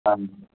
ആ